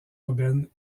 urbaine